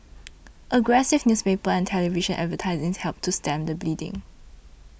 aggressive newspaper and television advertising helped to stem the bleeding